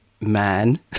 man